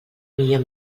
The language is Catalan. millor